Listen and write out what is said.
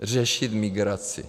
Řešit migraci.